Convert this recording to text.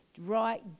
right